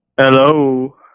Hello